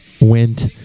went